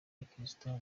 abakristo